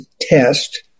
test